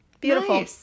Beautiful